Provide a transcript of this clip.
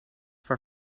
for